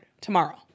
tomorrow